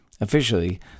Officially